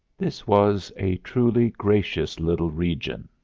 this was a truly gracious little region,